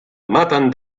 maten